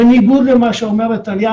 בניגוד למה שאומרת טליה,